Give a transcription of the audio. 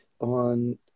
on